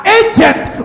agent